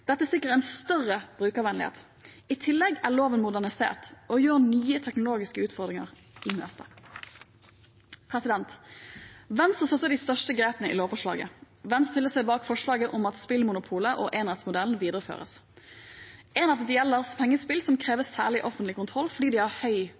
Dette sikrer en større brukervennlighet. I tillegg er loven modernisert og går nye teknologiske utfordringer i møte. Venstre støtter de største grepene i lovforslaget. Venstre stiller seg bak forslaget om at spillmonopolet og enerettsmodellen videreføres. Eneretten gjelder altså pengespill som krever